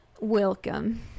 Welcome